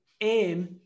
aim